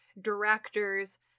directors